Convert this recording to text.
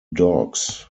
dogs